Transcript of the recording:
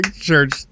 Church